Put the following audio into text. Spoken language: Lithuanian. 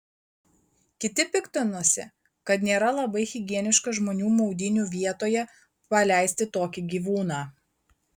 kiti piktinosi kad nėra labai higieniška žmonių maudynių vietoje paleisti tokį gyvūną